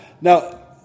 now